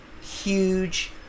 huge